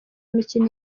imikino